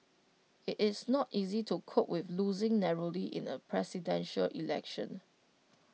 IT is not easy to cope with losing narrowly in A Presidential Election